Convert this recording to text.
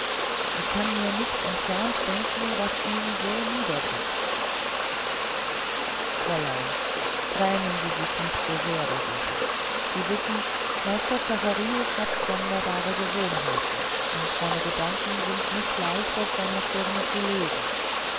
ich kann mir nicht entfernt denken was ihn so niederdrückt fräulein grämen sie sich nicht so sehr darüber sie wissen meister zacharius hat sonderbare gewohnheiten und seine gedanken sind nicht leicht auf seiner stirn zu lesen